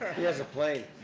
he has a plane.